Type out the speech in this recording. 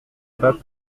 pas